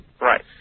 Right